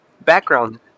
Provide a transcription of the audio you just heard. background